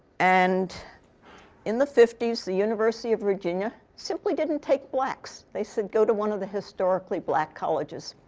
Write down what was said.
and in the fifty s, the university of virginia simply didn't take blacks. they said go to one of the historically black colleges.